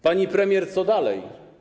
Pani premier, co dalej?